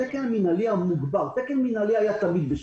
תקן מינהלי היה תמיד בשב"ס.